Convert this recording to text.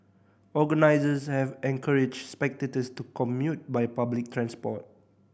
organisers have encouraged spectators to commute by public transport